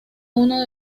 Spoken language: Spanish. uno